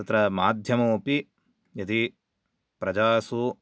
तत्र माध्यममपि यदि प्रजासु